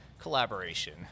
collaboration